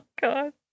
God